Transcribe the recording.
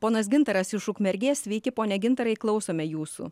ponas gintaras iš ukmergės sveiki pone gintarą klausome jūsų